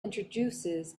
introduces